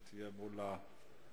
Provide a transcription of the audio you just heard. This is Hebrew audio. שתהיה מול השואל.